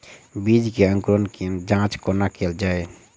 बीज केँ अंकुरण केँ जाँच कोना केल जाइ?